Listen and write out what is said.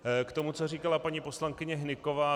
K tomu, co říkala paní poslankyně Hnyková.